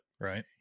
Right